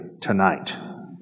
tonight